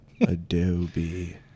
Adobe